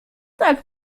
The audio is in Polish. tak